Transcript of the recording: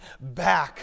back